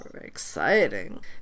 exciting